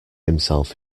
himself